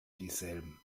dieselben